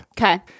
Okay